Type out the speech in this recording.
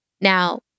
Now